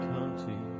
County